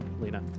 Lena